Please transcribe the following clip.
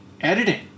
editing